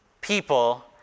people